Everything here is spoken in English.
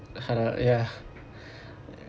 halal ya